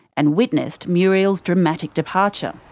and witnessed muriel's dramatic departure.